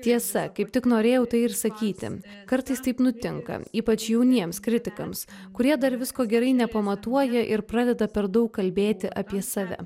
tiesa kaip tik norėjau tai ir sakyti kartais taip nutinka ypač jauniems kritikams kurie dar visko gerai nepamatuoja ir pradeda per daug kalbėti apie save